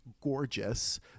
gorgeous